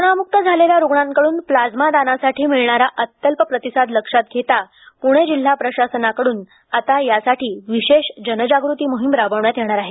कोरोनामुक्त झालेल्या रुग्णांकड्रन प्लाझ्मा दानासाठी मिळणारा अत्यल्प प्रतिसाद लक्षात घेता पुणे जिल्हा प्रशासनानं आता त्यासाठी विशेष जनजागृती मोहीम राबवण्यात येणार आहे